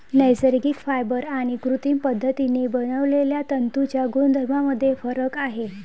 नैसर्गिक फायबर आणि कृत्रिम पद्धतीने बनवलेल्या तंतूंच्या गुणधर्मांमध्ये फरक आहे